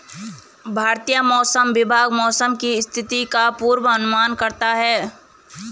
भारतीय मौसम विभाग मौसम की स्थिति का पूर्वानुमान करता है